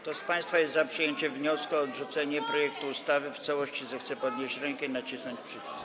Kto z państwa jest za przyjęciem wniosku o odrzucenie projektu ustawy w całości, zechce podnieść rękę i nacisnąć przycisk.